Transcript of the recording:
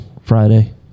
Friday